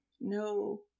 no